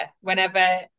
whenever